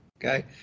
okay